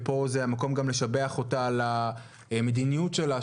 ופה גם המקום לשבח אותה על המדיניות שלה,